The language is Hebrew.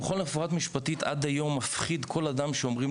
המכון לרפואה משפטית עד היום מפחיד כל אדם שאומרים